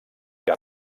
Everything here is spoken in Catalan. que